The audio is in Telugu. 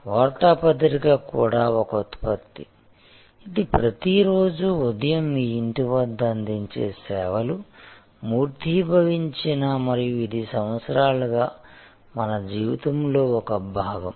వార్తాపత్రిక కూడా ఒక ఉత్పత్తి ఇది ప్రతిరోజూ ఉదయం మీ ఇంటి వద్ద అందించే సేవలు మూర్తీభవించిన మరియు ఇది సంవత్సరాలుగా మన జీవితంలో ఒక భాగం